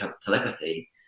telepathy